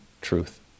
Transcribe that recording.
truth